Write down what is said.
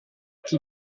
chi